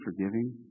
forgiving